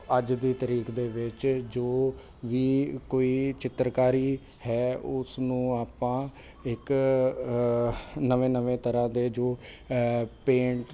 ਅੱਜ ਦੀ ਤਰੀਕ ਦੇ ਵਿੱਚ ਜੋ ਵੀ ਕੋਈ ਚਿੱਤਰਕਾਰੀ ਹੈ ਉਸਨੂੰ ਆਪਾਂ ਇੱਕ ਨਵੇਂ ਨਵੇਂ ਤਰ੍ਹਾਂ ਦੇ ਜੋ ਪੇਂਟ